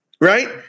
right